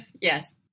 Yes